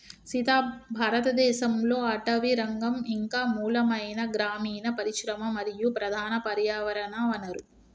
సీత భారతదేసంలో అటవీరంగం ఇంక మూలమైన గ్రామీన పరిశ్రమ మరియు ప్రధాన పర్యావరణ వనరు